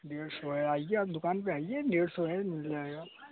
डेढ़ सौ है आइए आप दुकान पर आइए डेढ़ सौ है मिल जाएगा